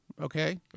okay